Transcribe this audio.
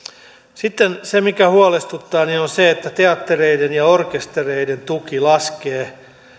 sitten se huolestuttaa että teattereiden ja orkestereiden tuki laskee